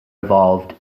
evolved